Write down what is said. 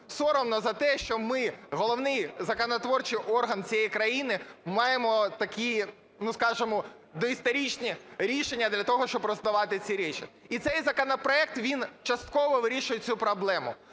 соромно за те, що ми, головний законотворчий орган цієї країни, маємо такі, ну, скажемо, доісторичні рішення для того, щоб роздавати ці речі. І цей законопроект, він частково вирішує цю проблему.